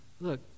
look